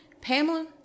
Pamela